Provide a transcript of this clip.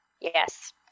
Yes